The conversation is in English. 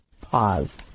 Pause